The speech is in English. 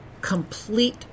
complete